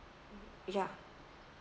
ya